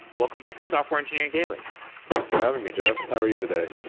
welcome back to software engineering daily thanks for having me, jeff. how are you today?